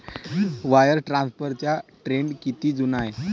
Wire ट्रान्सफरचा trend किती जुना आहे?